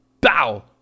bow